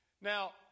Now